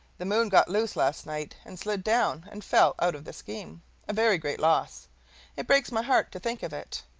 the moon got loose last night, and slid down and fell out of the scheme a very great loss it breaks my heart to think of it.